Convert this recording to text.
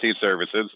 services